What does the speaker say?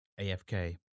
AFK